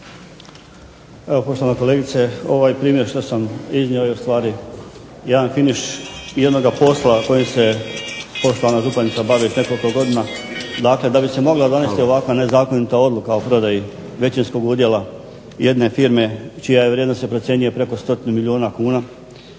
Evo poštovana kolegice ovaj primjer što sam iznio je u stvari jedan finiš jednoga posla kojim se poštovana županica bavi već nekoliko godina. Dakle, da bi se mogla donesti ovakva nezakonita odluka o prodaji većinskog udjela jedne firme čija vrijednost se procjenjuje preko 100 milijuna kuna